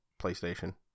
PlayStation